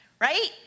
right